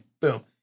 boom